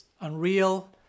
unreal